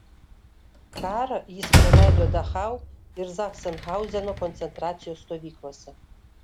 karą jis praleido dachau ir zachsenhauzeno koncentracijos stovyklose